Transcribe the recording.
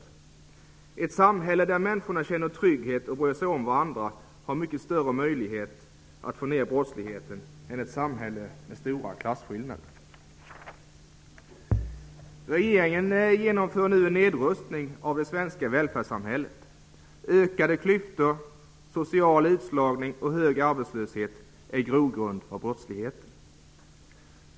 I ett samhälle där människorna känner trygghet och bryr sig om varandra finns det mycket större möjligheter att få ned brottsligheten än vad det finns i ett samhälle med stora klasskillnader. Regeringen genomför nu en nedrustning av det svenska välfärdssamhället. Ökade klyftor, social utslagning och hög arbetslöshet är grogrund för brottslighet.